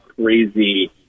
crazy